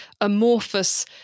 amorphous